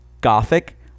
gothic